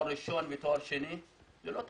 שיש להם תואר ראשון ותואר שני והם ללא תעסוקה.